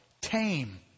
tame